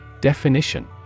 Definition